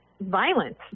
violence